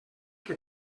que